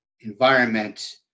environment